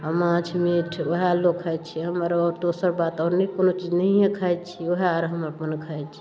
माछ मीट ओएह लोक खाइत छै हमरो दोसर बात आओर नहि को नो चीज नहिये खाइत छी ओएह आर हम अपन खाइत छी